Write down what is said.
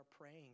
praying